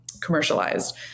commercialized